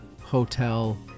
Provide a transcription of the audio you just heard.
hotel